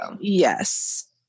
yes